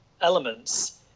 elements